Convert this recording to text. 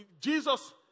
Jesus